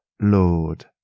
Lord